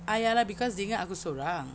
ah ya lah cause dia ingat aku sorang